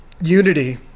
unity